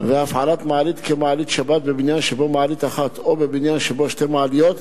עבר בקריאה השנייה ובקריאה השלישית